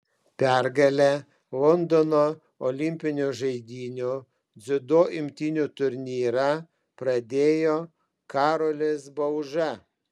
pergale londono olimpinių žaidynių dziudo imtynių turnyrą pradėjo karolis bauža